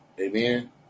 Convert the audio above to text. Amen